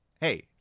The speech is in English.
Hey